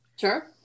Sure